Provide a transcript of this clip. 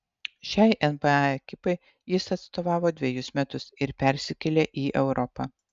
šiai nba ekipai jis atstovavo dvejus metus ir persikėlė į europą